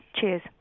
Cheers